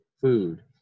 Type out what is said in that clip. Food